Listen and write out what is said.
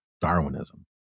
darwinism